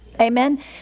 amen